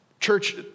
church